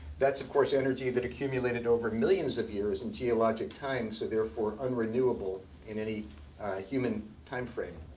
that's of course, energy that accumulated over millions of years in geologic time, so therefore unrenewable in any human time frame.